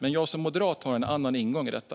Men jag som moderat har en annan ingång i detta.